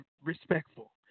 respectful